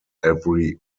every